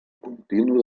continu